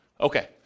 okay